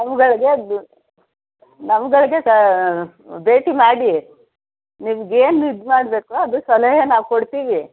ನಮ್ಮಗಳ್ಗೆ ದ್ ನಮ್ಮಗಳಿಗೆ ಭೇಟಿ ಮಾಡಿ ನಿಮ್ಗೇನು ಇದು ಮಾಡಬೇಕೋ ಅದು ಸಲಹೆ ನಾವು ಕೊಡ್ತೀವಿ